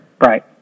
right